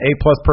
A-plus